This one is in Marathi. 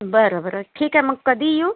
बरं बरं ठीक आहे मग कधी येऊ